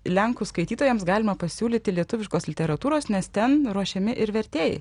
lenkų skaitytojams galima pasiūlyti lietuviškos literatūros nes ten ruošiami ir vertėjai